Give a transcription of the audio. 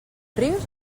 rius